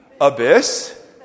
abyss